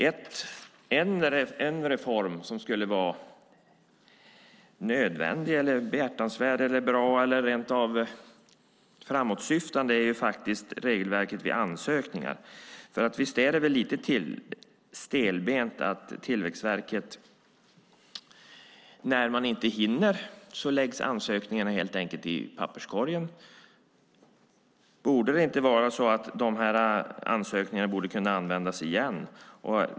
En reform som skulle vara nödvändig, behjärtansvärd och rent av framåtsyftande gäller regelverket vid ansökningar. Visst är det väl stelbent av Tillväxtverket att helt enkelt lägga ansökningarna i papperskorgen när man inte hinner behandla dem. Borde de inte kunna användas igen?